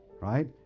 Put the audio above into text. right